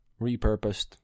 repurposed